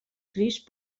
crist